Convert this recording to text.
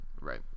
Right